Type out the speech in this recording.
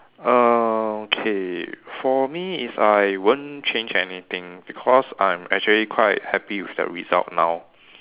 err okay for me is I won't change anything because I'm actually quite happy with the result now